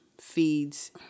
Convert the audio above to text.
feeds